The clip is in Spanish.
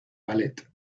ballet